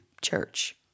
church